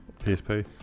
PSP